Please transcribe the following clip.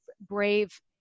brave